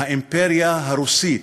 האימפריה הרוסית,